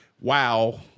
wow